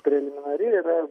preliminari yra